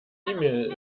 mail